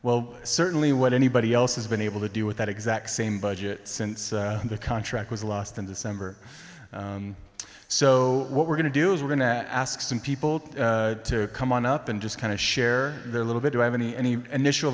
well certainly what anybody else has been able to do with that exact same budget since the contract was lost in december so what we're going to do is we're going to ask some people to come on up and just kind of share their little bit of any any initial